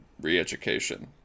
re-education